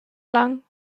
lang